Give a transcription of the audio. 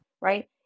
right